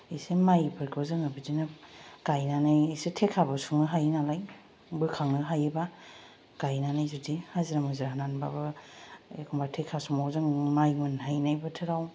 एसे माइफोरखौ जोङो बिदिनो गायनानै एसे थेखाबो सुंनो हायो नालाय बोखांनो हायोब्ला गायनानै जुदि हाजिरा मुजिरा होनानैब्लाबो एखनब्ला थेखा समाव जों माइ मोनहैनाय बोथोराव